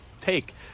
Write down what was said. take